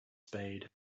spade